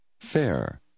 Fair